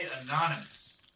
anonymous